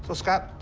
so scott,